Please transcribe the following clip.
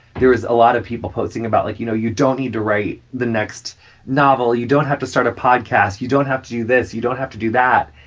there was a lot of people posting about, like, you know, you don't need to write the next novel. you don't have to start a podcast. you don't have to do this. you don't have to do that.